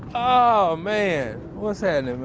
oh man. what's and and